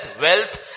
wealth